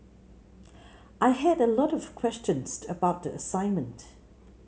I had a lot of questions about the assignment